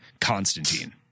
Constantine